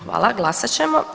Hvala, glasat ćemo.